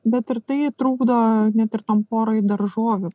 bet ir tai trukdo net ir tam porai daržovių